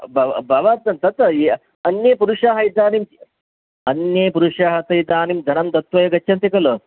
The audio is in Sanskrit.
भव भवत् तत् अन्ये पुरुषाः इदानीं अन्ये पुरुषाः ते इदानीं धनं दत्वा एव गच्छन्ति खलु